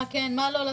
מה כן ומה לא,